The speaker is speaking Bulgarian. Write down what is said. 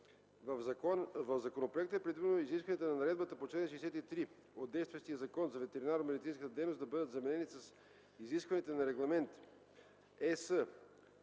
В законопроекта е предвидено изискванията на наредбата по чл. 63 от действащия Закон за ветеринарномедицинската дейност да бъдат заменени с изискванията на Регламент (ЕС)